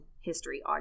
history